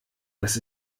das